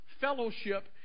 fellowship